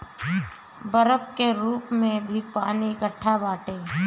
बरफ के रूप में भी पानी एकट्ठा बाटे